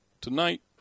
Tonight